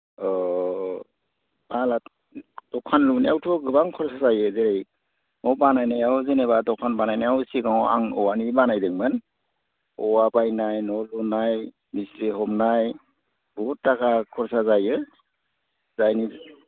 मालआ दखान लुनायावथ' गोबां खरसा जायो दै न' बानायनायाव जेनेबा दखान बानायनायाव सिगाङाव आं औवानि बानायदोंमोन औवा बायनाय न' लुनाय मिस्ट्रि हमनाय बुहुद थाखा खरसा जायो जायनि